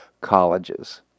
colleges